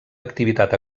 activitat